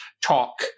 talk